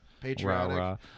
patriotic